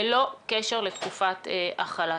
ללא קשר לתקופת החל"ת.